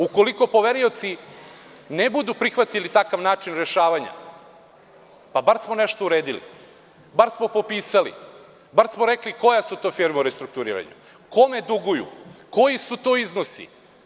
Ukoliko poverioci ne budu prihvatili takav način rešavanja, pa bar smo nešto uredili, bar smo popisali, bar smo rekli koje su to firmi u restrukturiranju, kome duguju i koji su to iznosi.